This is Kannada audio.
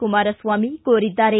ಕುಮಾರಸ್ವಾಮಿ ಕೋರಿದ್ದಾರೆ